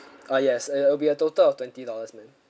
uh yes it it'll be a total of twenty dollars ma'am